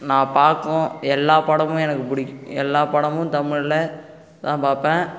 நான் பார்க்கும் எல்லா படமும் எனக்கு பிடிக்கு எல்லா படமும் தமிழில் தான் பார்ப்பேன்